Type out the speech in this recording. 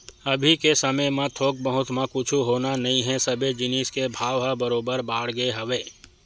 अभी के समे म थोक बहुत म कुछु होना नइ हे सबे जिनिस के भाव ह बरोबर बाड़गे हवय